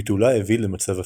ביטולה הביא למצב הפוך.